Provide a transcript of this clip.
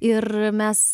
ir mes